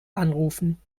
anrufen